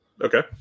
okay